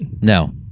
No